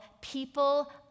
people